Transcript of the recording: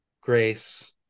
grace